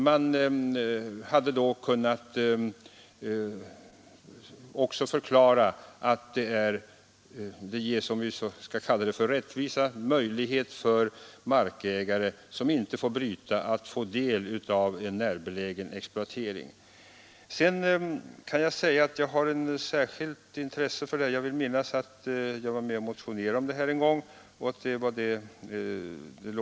Man hade då kunnat förklara att det — om vi skall kalla det rättvisa — ges möjlighet för markägare som inte får bryta att få del av närbelägen exploatering. Jag vill också säga att jag har ett särskilt intresse för den här frågan, och jag vill minnas att jag var med och motionerade om den en gång.